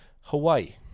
Hawaii